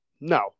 No